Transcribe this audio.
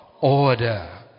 order